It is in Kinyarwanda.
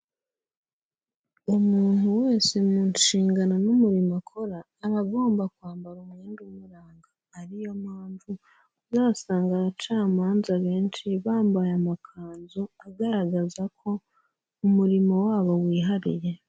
Umuntu wese mu nshingano n'umurimo akora, aba agomba kwambara umwenda umuranga, ari yo mpamvu uzasanga abacamanza benshi bambaye amakanzu agaragaza ko umurimo wabo wihariye.